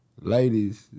ladies